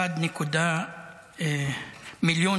1.98 מיליון